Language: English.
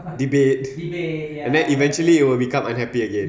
debate and then eventually you will become unhappy again